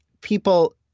people